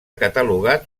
catalogat